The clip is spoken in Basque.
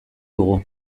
dugu